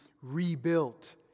rebuilt